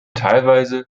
teilweise